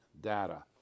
data